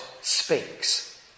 speaks